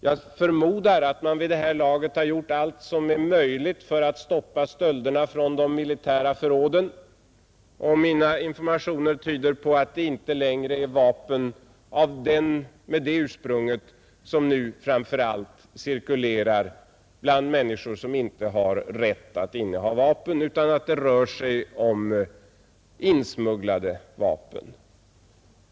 Jag förmodar att man vid det här laget har gjort allt som är möjligt för att stoppa stölderna från de militära förråden, och mina informationer tyder på att det inte längre är vapen med det ursprunget som nu framför allt cirkulerar bland människor som inte har rätt att inneha vapen, utan att det rör sig om insmugglade vapen.